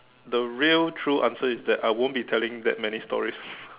the real true answer is that I won't be telling that many stories